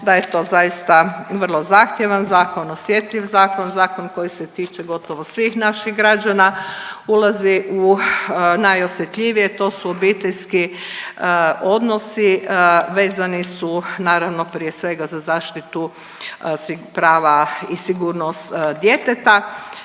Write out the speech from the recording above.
da je to zaista vrlo zahtjevan zakon, osjetljiv zakon, zakon koji se tiče gotovo svih naših građana, ulazi u najosjetljivije, to su obiteljski odnosi, vezani su naravno prije svega za zaštitu prava i sigurnost djeteta.